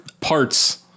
parts